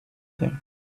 them